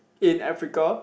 in Africa